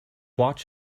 watch